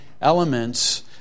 elements